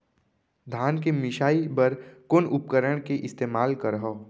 धान के मिसाई बर कोन उपकरण के इस्तेमाल करहव?